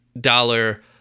dollar